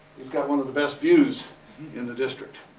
he's got one of the best views in the district,